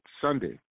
Sunday